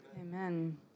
Amen